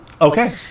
Okay